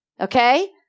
okay